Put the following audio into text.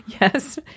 Yes